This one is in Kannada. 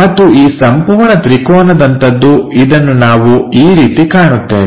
ಮತ್ತು ಈ ಸಂಪೂರ್ಣ ತ್ರಿಕೋನದಂತದ್ದು ಇದನ್ನು ನಾವು ಈ ರೀತಿ ಕಾಣುತ್ತೇವೆ